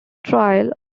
trial